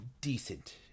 decent